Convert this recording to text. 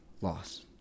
loss